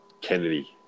Kennedy